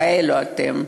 כאלה אתם.